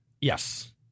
Yes